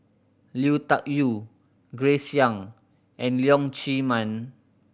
Lui Tuck Yew Grace Young and Leong Chee Mun